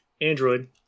android